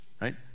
right